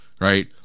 right